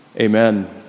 Amen